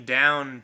down